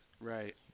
Right